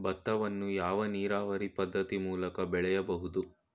ಭತ್ತವನ್ನು ಯಾವ ನೀರಾವರಿ ಪದ್ಧತಿ ಮೂಲಕ ಬೆಳೆಯಬಹುದು?